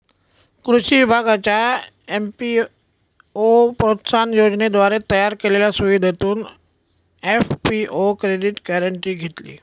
कृषी विभागाच्या एफ.पी.ओ प्रोत्साहन योजनेद्वारे तयार केलेल्या सुविधेतून एफ.पी.ओ क्रेडिट गॅरेंटी घेतली